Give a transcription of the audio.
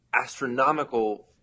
astronomical